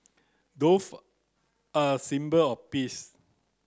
dove are a symbol of peace